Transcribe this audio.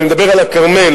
אני מדבר על הכרמל,